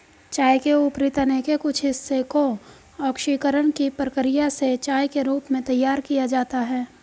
चाय के ऊपरी तने के कुछ हिस्से को ऑक्सीकरण की प्रक्रिया से चाय के रूप में तैयार किया जाता है